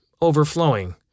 overflowing